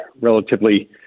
relatively